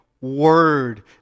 word